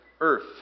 earth